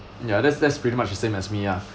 ya that's that's pretty much the same as me ah